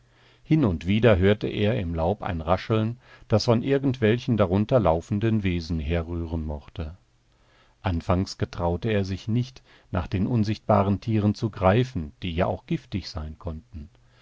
hin und wieder hörte er im laub ein rascheln das von irgendwelchen darunter laufenden wesen herrühren mochte anfangs getraute er sich nicht nach den unsichtbaren tieren zu greifen die ja auch giftig sein konnten